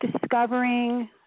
discovering